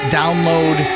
download